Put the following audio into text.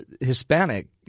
Hispanic